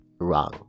wrong